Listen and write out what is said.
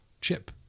chip